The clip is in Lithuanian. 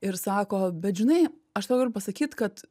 ir sako bet žinai aš tau galiu pasakyt kad